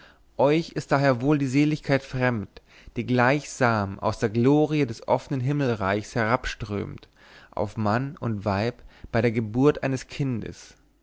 euch ist daher wohl die seligkeit fremd die gleichsam aus der glorie des offnen himmelreichs herabströmt auf mann und weib bei der geburt eines kindes